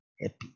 happy